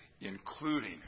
including